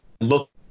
look